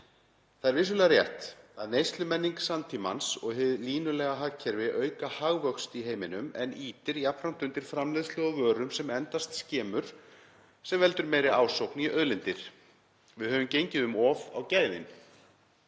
Það er vissulega rétt að neyslumenning samtímans og hið línulega hagkerfi auka hagvöxt í heiminum en ýtir jafnframt undir framleiðslu á vörum sem endast skemur sem veldur meiri ásókn í auðlindir. Við höfum gengið um of á gæðin.